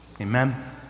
Amen